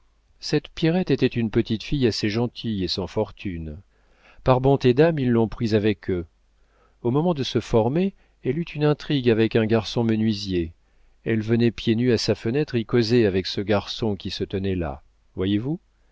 cette pierrette était une petite fille assez gentille et sans fortune par bonté d'âme ils l'ont prise avec eux au moment de se former elle eut une intrigue avec un garçon menuisier elle venait pieds nus à sa fenêtre y causer avec ce garçon qui se tenait là voyez-vous